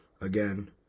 again